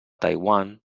taiwan